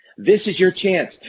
this is your chance,